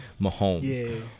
Mahomes